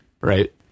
right